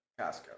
Costco